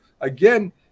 again